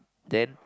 then